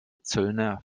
zöllner